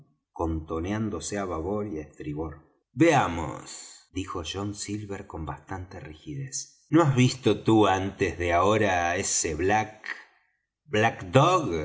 contoneándose á babor y á estribor veamos dijo john silver con bastante rigidez no has visto tú antes de ahora á ese black black